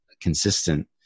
consistent